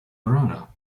verona